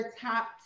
top